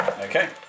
Okay